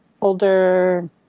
older